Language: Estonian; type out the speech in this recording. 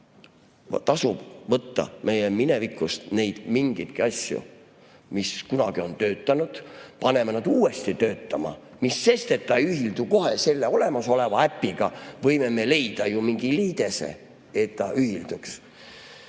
Tasub võtta meie minevikust neid mingeidki asju, mis kunagi on töötanud. Paneme nad uuesti töötama. Mis sest, et ta ei ühildu kohe olemasoleva äpiga, me võime ju leida mingi liidese, et ta ühilduks.